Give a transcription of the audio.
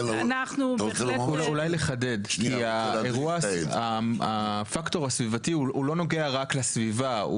אולי לחדד, הפקטור הסביבתי לא נוגע רק לסביבה.